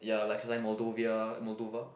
ya like she's like Moldovia Moldova